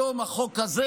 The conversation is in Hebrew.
היום, החוק הזה.